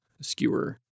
skewer